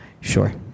Sure